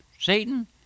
Satan